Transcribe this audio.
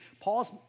Paul's